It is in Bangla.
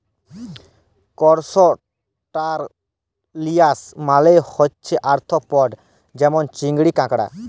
করসটাশিয়াল মালে হছে আর্থ্রপড যেমল চিংড়ি, কাঁকড়া